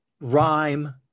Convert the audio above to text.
rhyme